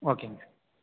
ஓகேங்க சார்